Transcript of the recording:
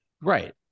Right